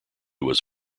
was